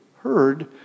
heard